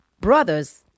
brothers